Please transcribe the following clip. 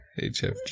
HFG